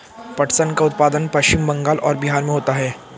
पटसन का उत्पादन पश्चिम बंगाल और बिहार में होता है